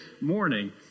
morning